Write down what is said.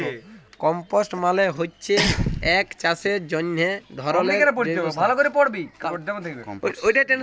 compost মালে হচ্যে এক চাষের জন্হে ধরলের জৈব সার